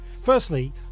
Firstly